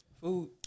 food